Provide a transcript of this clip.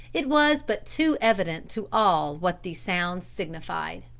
it was but too evident to all what these sounds signified.